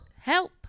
Help